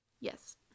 Yes